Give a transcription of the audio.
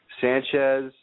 Sanchez